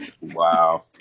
Wow